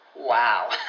Wow